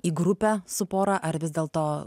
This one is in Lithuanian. į grupę su pora ar vis dėlto